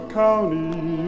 county